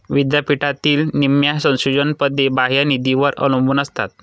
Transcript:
विद्यापीठातील निम्म्या संशोधन पदे बाह्य निधीवर अवलंबून असतात